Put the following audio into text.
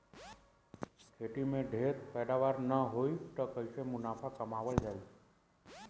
खेती में ढेर पैदावार न होई त कईसे मुनाफा कमावल जाई